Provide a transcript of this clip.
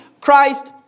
Christ